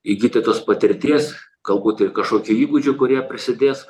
įgyti tos patirties galbūt ir kažkokių įgūdžių kurie prisidės